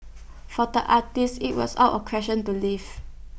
for the artist IT was out of question to leave